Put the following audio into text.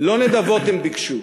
לא נדבות הם ביקשו.